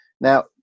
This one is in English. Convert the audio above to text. Now